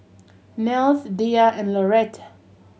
Nels Diya and Laurette